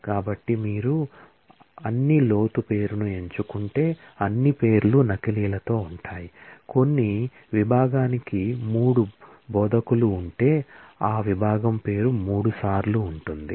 కాబట్టి మీరు అన్ని లోతు పేరును ఎంచుకుంటే అన్ని పేర్లు నకిలీలతో ఉంటాయి కొన్ని విభాగానికి 3 బోధకులు ఉంటే ఆ విభాగం పేరు మూడుసార్లు ఉంటుంది